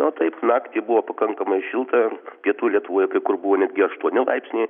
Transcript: o taip naktį buvo pakankamai šilta ir pietų lietuvoje kai kur buvo netgi aštuoni laipsniai